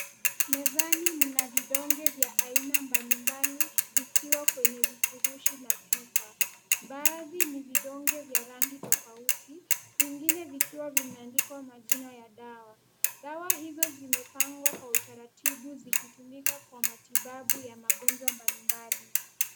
Mezani mna vidonge vya aina mbalimbali vikiwa kwenye vifurushi la chupa. Baadhi ni vidonge vya rangi tofauti vingine vikiwa vimeandikwa majina ya dawa. Dawa hizo zimepangwa kwa utaratibu zikitumika kwa matibabu ya magonjwa mbalimbali.